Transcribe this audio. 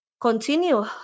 continue